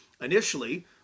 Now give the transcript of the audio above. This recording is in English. initially